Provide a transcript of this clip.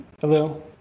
hello